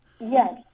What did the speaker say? yes